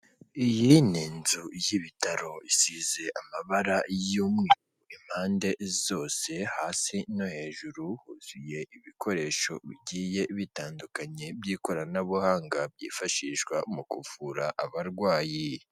Iyi ni inzu y'ibitaro isize amabara y'umweru impande zose hasi no hejuru, huzuye ibikoresho bigiye bitandukanye by'ikoranabuhanga byifashishwa mu kuvura abarwayi.